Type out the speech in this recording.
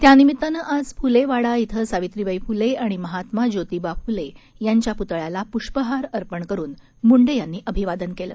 त्यानिमित्तानं आज फुले वाडा क्रि सावित्रीबाई फुले आणि महात्मा ज्योतिबा फुले यांच्या पुतळ्याला पृष्पहार अर्पण करून मुंडे यांनी अभिवादन केलं